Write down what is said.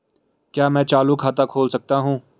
क्या मैं चालू खाता खोल सकता हूँ?